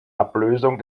ablösung